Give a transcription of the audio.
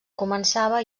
començava